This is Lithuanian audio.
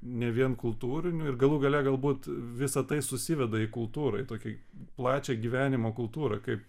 ne vien kultūriniu ir galų gale galbūt visa tai susiveda į kultūrai tokią plačią gyvenimo kultūrą kaip